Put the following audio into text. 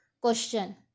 Question